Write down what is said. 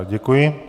Děkuji.